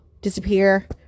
disappear